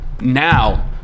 now